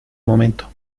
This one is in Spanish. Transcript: momento